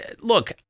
look